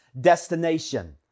destination